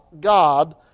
God